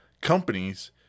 companies